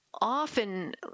often